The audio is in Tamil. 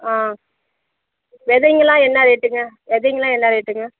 ஆ விதைங்களாம் என்ன ரேட்டுங்க விதைங்களாம் என்ன ரேட்டுங்க